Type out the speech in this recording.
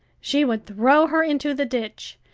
she would throw her into the ditch,